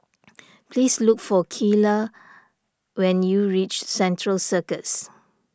please look for Keila when you reach Central Circus